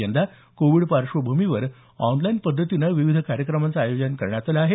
यंदा कोविड पार्श्वभूमीवर ऑनलाईन पद्धतीनं विविध कार्यक्रमांचं आयोजन करण्यात आलं आहे